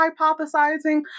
hypothesizing